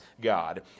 God